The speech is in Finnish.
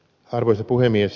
arvoisa puhemies